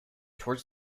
towards